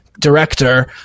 director